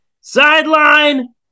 sideline